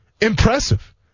impressive